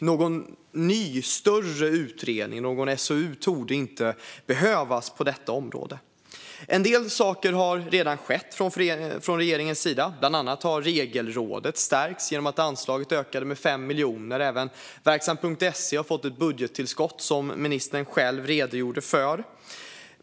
Någon större ny utredning - någon SOU - torde inte behövas på detta område. En del saker har redan skett från regeringens sida. Bland annat har Regelrådet stärkts genom att anslaget ökade med 5 miljoner. Även verksamt.se har fått ett budgettillskott, som ministern själv redogjorde för.